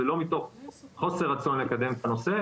זה לא מתוך חוסר רצון לקדם את הנושא,